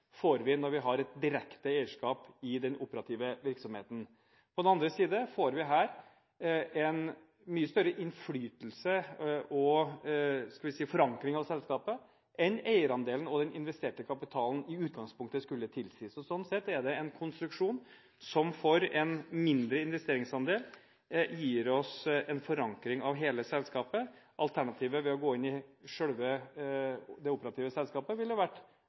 får vi når vi har et direkte eierskap i den operative virksomheten. På den annen side får vi her en mye større innflytelse og forankring av selskapet enn eierandelen og den investerte kapitalen i utgangspunktet skulle tilsi. Sånn sett er det en konstruksjon som med en mindre investeringsandel gir oss en forankring av hele selskapet. Alternativet – å gå inn i selve det operative selskapet for å få en tilsvarende forankring – ville vært